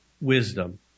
wisdom